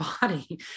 body